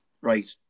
right